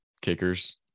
kickers